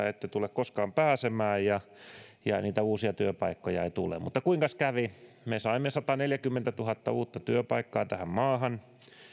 ette tule koskaan pääsemään eikä niitä uusia työpaikkoja tule mutta kuinkas kävi me saimme sataneljäkymmentätuhatta uutta työpaikkaa tähän maahan